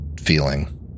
feeling